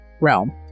realm